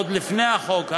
עוד לפני החוק,